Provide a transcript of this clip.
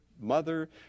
mother